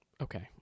Okay